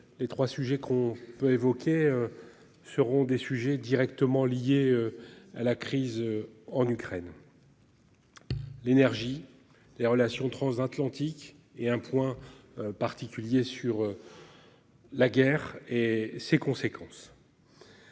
Les 3 sujets qu'on peut évoquer. Seront des sujets directement liés. À la crise en Ukraine. L'énergie des relations transatlantiques et un point particulier sur. La guerre et ses conséquences.--